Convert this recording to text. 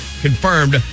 confirmed